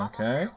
Okay